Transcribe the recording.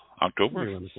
October